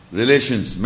relations